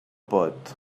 pot